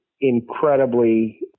incredibly